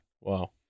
Wow